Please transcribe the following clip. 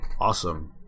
Awesome